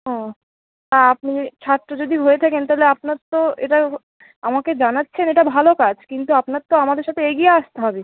ও তা আপনি ছাত্র যদি হয়ে থাকেন তাহলে আপনার তো এটা আমাকে জানাচ্ছেন এটা ভালো কাজ কিন্তু আপনার তো আমাদের সাথে এগিয়ে আসতে হবে